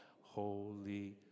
Holy